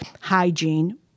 hygiene